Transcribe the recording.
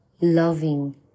loving